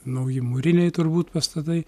nauji mūriniai turbūt pastatai